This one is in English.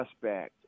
suspect